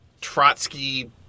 Trotsky